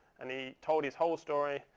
and he told his whole story.